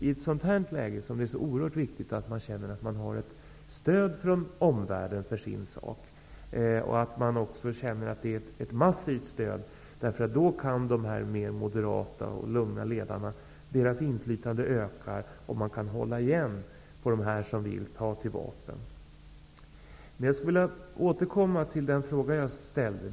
I ett sådant här läge är det oerhört viktigt att man känner att man har ett massivt stöd från omvärlden för sin sak, eftersom de mer moderata och lugna ledarnas inflytande då kan öka, så att de kan hålla tillbaka dem som vill ta till vapen. Jag vill återkomma till den fråga som jag ställde.